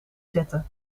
zetten